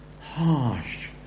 harsh